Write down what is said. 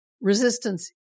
resistance